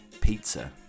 pizza